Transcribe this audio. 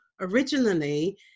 originally